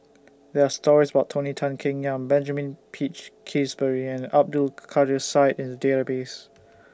There Are stories about Tony Tan Keng Yam Benjamin Peach Keasberry and Abdul Kadir Syed in The Database